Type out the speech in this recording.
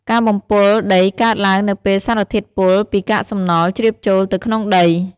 ការបំពុលដីកើតឡើងនៅពេលសារធាតុពុលពីកាកសំណល់ជ្រាបចូលទៅក្នុងដី។